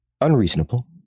unreasonable